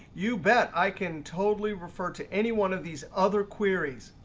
you bet i can totally refer to any one of these other queries.